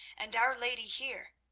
and our lady here!